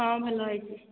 ହଁ ଭଲ ହୋଇଛି